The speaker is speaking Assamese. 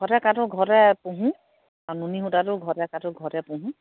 ঘৰতে কাটো ঘৰতে পুহো আৰু নুনি সূতাটো ঘৰতে কাটো ঘৰতে পুহো